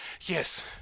yes